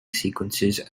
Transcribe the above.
sequences